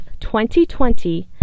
2020